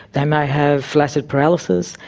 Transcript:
they may have flaccid paralysis,